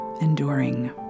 enduring